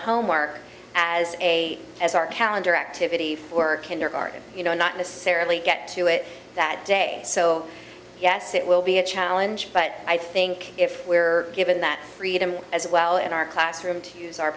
homework as a as our calendar activity for work kindergarten you know not necessarily get to it that day so yes it will be a challenge but i think if we're given that freedom as well in our classroom to use our